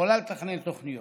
יכולה לתכנן תוכניות.